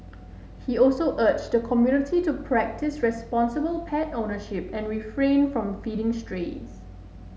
he also urged the community to practise responsible pet ownership and refrain from feeding strays